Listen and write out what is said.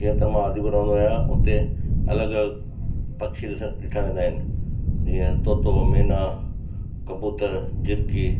जीअं त मां आदिपुर रहंदो आहियां उते अलॻि अलॻि पक्षी ॾिसण ॾिठा वेंदा आहिनि जीअं तोतो मैंना कबूतर झिरकी